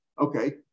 okay